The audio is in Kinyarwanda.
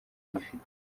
gifite